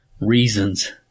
reasons